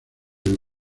del